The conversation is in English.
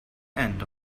end